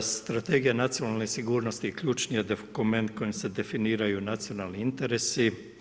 Strategija nacionalne sigurnosti je ključni dokument kojim se definiraju nacionalni interesi.